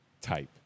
type